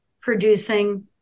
producing